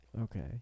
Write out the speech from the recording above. okay